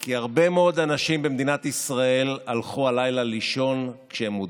כי הרבה מאוד אנשים במדינת ישראל הלכו הלילה לישון כשהם מודאגים.